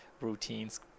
routines